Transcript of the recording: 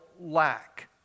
lack